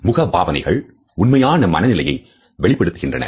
முகபாவனைகள் உண்மையான மனநிலையை வெளிப்படுத்துகின்றன